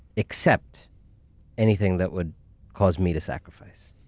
except anything that would cause me to sacrifice.